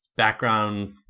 background